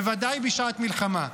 בוודאי בשעת מלחמה.